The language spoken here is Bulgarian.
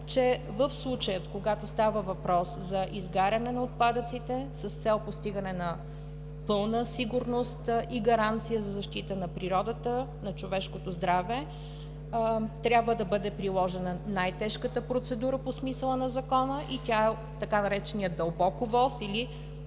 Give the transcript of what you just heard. че в случая, когато става въпрос за изгаряне на отпадъците с цел постигане на пълна сигурност и гаранция за защита на природата, на човешкото здраве, трябва да бъде приложена най-тежката процедура по смисъла на Закона и тя е така нареченият дълбок ОВОС или